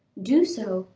do so,